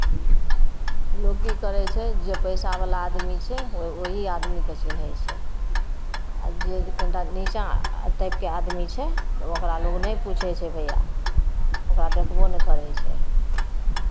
लोक की करै छै जे पैसावला आदमी छै ओही आदमीकेँ चिन्है छै आ जे कनिटा नीचा टाइपके आदमी छै ओकरा लोक नहि पूछै छै भैया ओकरा देखबो नहि करै छै